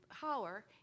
power